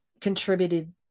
contributed